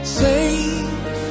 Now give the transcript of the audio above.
safe